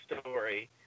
story